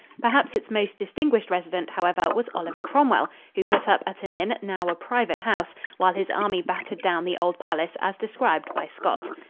perhaps its most distinguished resident, however, was oliver cromwell, who put up at an inn, now a private house, while his army battered down the old palace as described by scott.